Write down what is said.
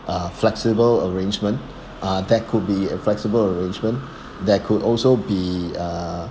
uh flexible arrangement uh there could be flexible arrangement there could also be uh